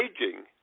Aging